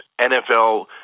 NFL